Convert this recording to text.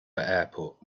airport